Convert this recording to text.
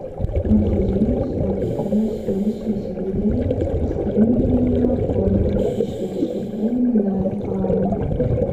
prancūzijos vokietijos ir rusijos lyderiai steinmeierio formulei išreiškė preliminarią paramą